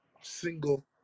single